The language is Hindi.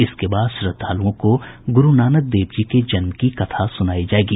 इसके बाद श्रद्धुलओं को गुरूनानक देव जी के जन्म की कथा सुनायी जायेगी